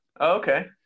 Okay